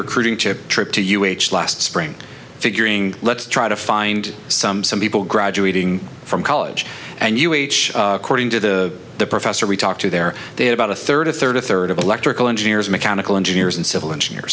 recruiting chip trip to u h last spring figuring let's try to find some some people graduating from college and you each according to the the professor we talked to there they had about a third a third a third of electrical engineers mechanical engineers and civil engineer